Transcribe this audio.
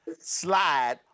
slide